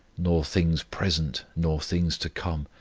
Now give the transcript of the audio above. nor things present, nor things to come,